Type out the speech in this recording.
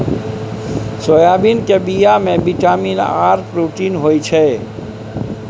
soybean केर बीया मे बिटामिन आर प्रोटीन होई छै